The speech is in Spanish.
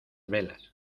velas